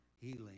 healing